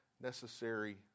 necessary